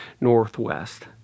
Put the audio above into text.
Northwest